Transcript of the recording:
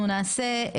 אנחנו נעשה,